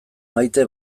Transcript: maite